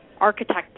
architect